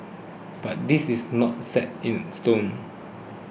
but this is not set in stone